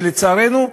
ולצערנו,